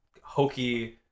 hokey